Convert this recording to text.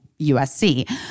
USC